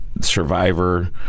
survivor